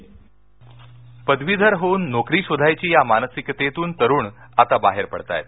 मधमाशी पदवीधर होऊन नोकरी शोधायची या मानसिकतेतून तरूण आता बाहेर पडताहेत